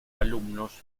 alumnos